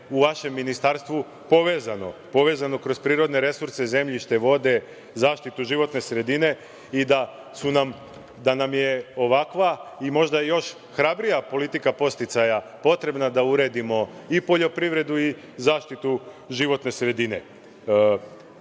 u vašem ministarstvu povezano, povezano kroz prirodne resurse, zemljište, vode, zaštitu životne sredine i da nam je ovakva i možda još hrabrija politika podsticaja potrebna da uredimo i poljoprivredu i zaštitu životne sredine. Želimo